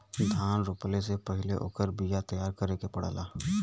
धान रोपला से पहिले ओकर बिया तैयार करे के पड़ेला